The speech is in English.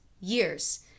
years